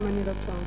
אם אני לא טועה,